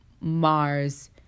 Mars